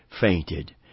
fainted